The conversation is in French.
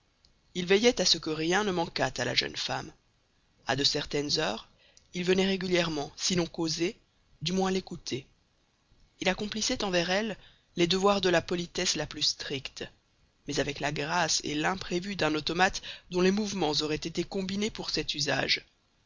il veillait à ce que rien ne manquât à la jeune femme a de certaines heures il venait régulièrement sinon causer du moins l'écouter il accomplissait envers elle les devoirs de la politesse la plus stricte mais avec la grâce et l'imprévu d'un automate dont les mouvements auraient été combinés pour cet usage